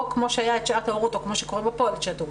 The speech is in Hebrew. או כמו שהיה שעת ההורות או כמו שקוראים בפועל שעת הורות,